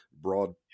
broad